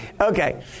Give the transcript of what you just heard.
Okay